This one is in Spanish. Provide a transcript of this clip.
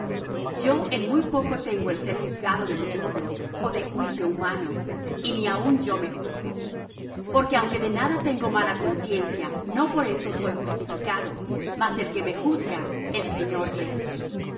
yo en muy poco tengo el ser juzgado de vosotros ó de juicio humano y ni aun yo me juzgo porque aunque de nada tengo mala conciencia no por eso soy justificado mas el que me juzga el señor es